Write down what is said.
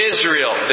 Israel